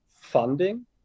funding